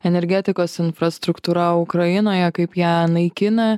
energetikos infrastruktūra ukrainoje kaip ją naikina